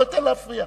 לא אתן להפריע.